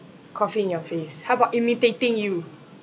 cough in your face how about imitating you